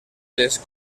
les